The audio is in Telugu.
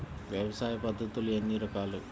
వ్యవసాయ పద్ధతులు ఎన్ని రకాలు?